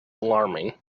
alarming